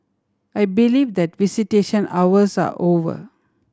I believe that visitation hours are over